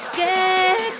get